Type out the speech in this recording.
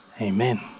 Amen